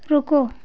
रुको